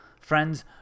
friends